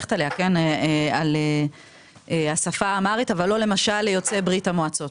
מברכת עליה - על השפה האמהרית אבל לא למשל ליוצאי ברית המועצות?